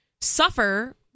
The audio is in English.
suffer